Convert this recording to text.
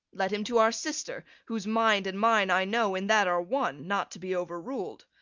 let him to our sister, whose mind and mine, i know, in that are one, not to be overruled.